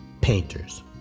Painters